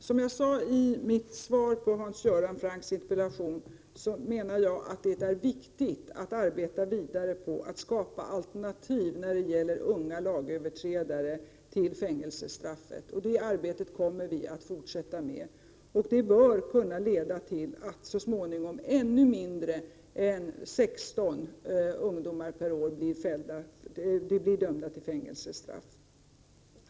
Herr talman! Som jag sade i mitt svar på Hans Göran Francks interpellation är det viktigt att arbeta vidare på att skapa alternativ till fängelsestraffet när det gäller unga lagöverträdare. Det arbetet kommer vi att fortsätta med, och det bör så småningom kunna leda till att ännu färre än 16 ungdomar per år blir dömda till fängelsestraff.